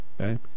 okay